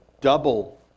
double